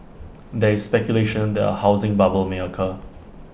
there is speculation that A housing bubble may occur